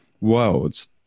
worlds